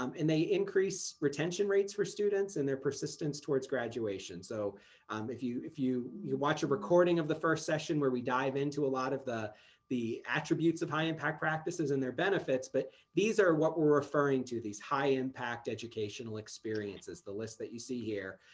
um and they increase retention rates for students and their persistence towards graduation. so um if you if you you watch a recording of the first session, where we dive into a lot of the the attributes of high impact practices and their benefits, but these are what we're referring to these high impact educational experiences, the list that you see here,